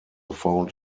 found